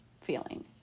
feeling